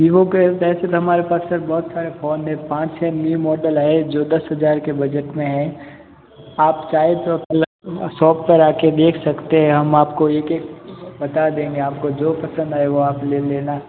Vivo के ऐसे तो हमारे पास बहुत सारे फ़ोन हैं पाँच छ न्यू मॉडल आए जो दस हज़ार के बजट में हैं आप चाहें तो सॉप पर आके देख सकते हैं हम आपको एक एक बता देंगे आपको जो पसंद आए वो आप ले लेना